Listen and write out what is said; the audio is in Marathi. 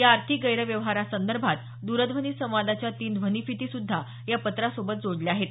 या आर्थिक गैरव्यवहारांसंदर्भात द्रध्वनी संवादाच्या तीन ध्वनिफिती सुद्धा या पत्रासोबत जोडल्या आहेत